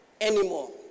anymore